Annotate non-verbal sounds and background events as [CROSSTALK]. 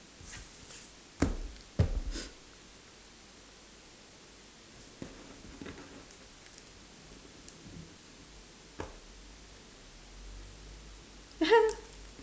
[LAUGHS]